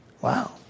Wow